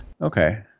okay